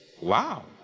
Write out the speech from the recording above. wow